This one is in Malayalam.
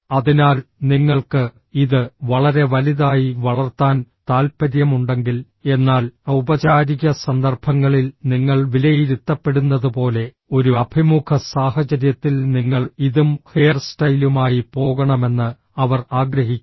അതിനാൽ നിങ്ങൾക്ക് ഇത് വളരെ വലുതായി വളർത്താൻ താൽപ്പര്യമുണ്ടെങ്കിൽ എന്നാൽ ഔപചാരിക സന്ദർഭങ്ങളിൽ നിങ്ങൾ വിലയിരുത്തപ്പെടുന്നതുപോലെ ഒരു അഭിമുഖ സാഹചര്യത്തിൽ നിങ്ങൾ ഇതും ഹെയർസ്റ്റൈലുമായി പോകണമെന്ന് അവർ ആഗ്രഹിക്കുന്നു